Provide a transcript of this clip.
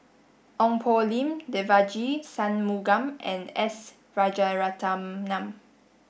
Ong Poh Lim Devagi Sanmugam and S Rajaratnam